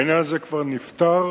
העניין הזה כבר נפתר,